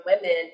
women